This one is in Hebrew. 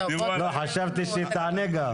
חשבתי שגם תענה.